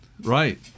Right